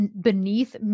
beneath